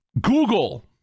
Google